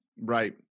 Right